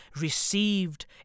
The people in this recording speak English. received